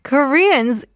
Koreans